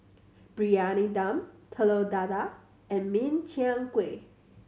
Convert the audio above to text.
Briyani Dum Telur Dadah and Min Chiang Kueh